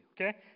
okay